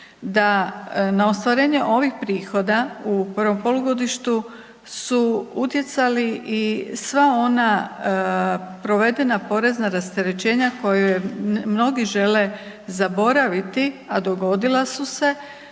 da na ostvarenje ovih prihoda u prvom polugodištu su utjecali i sva ona provedena porezna rasterećenja koja mnogi žele zaboraviti, a dogodila su se